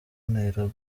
nairobi